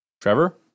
Trevor